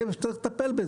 בזה צריך לטפל,